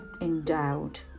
endowed